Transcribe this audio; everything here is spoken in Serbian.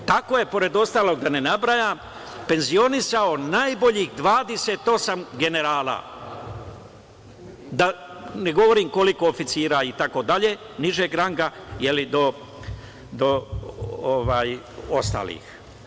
Tako je, pored ostalog, da ne nabrajam, penzionisao najboljih 28 generala, da ne govorim koliko oficira itd. nižeg ranga, do ostalih.